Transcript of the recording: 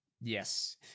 Yes